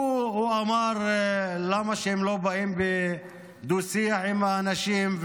הוא אמר: למה הם לא באים בדו-שיח עם האנשים,